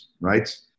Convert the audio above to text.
right